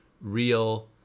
real